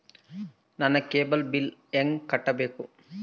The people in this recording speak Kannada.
ನನ್ನ ಕೇಬಲ್ ಬಿಲ್ ಹೆಂಗ ಕಟ್ಟಬೇಕು?